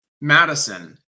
Madison